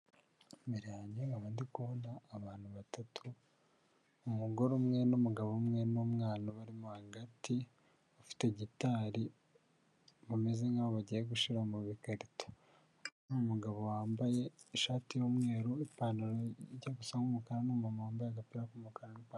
Imbere yanjye nkaba ndi kubonanda abantu batatu; umugore umwe, numugabo umw,e n'umwana. Bari hagati ufite gitari bameze nkaho bagiye gushira mugikarito, nu'mugabo wambaye ishati y'umweru ipantaro ijyagusa umukara nk'umuntu wambaye agapira k'umukara.